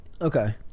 Okay